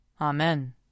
Amen